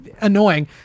annoying